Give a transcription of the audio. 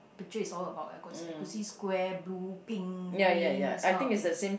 picture is all about I could see I could see square blue pink green this kind of thing